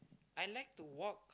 I like to walk